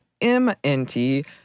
MNT